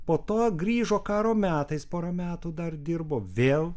po to grįžo karo metais porą metų dar dirbo vėl